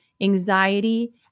anxiety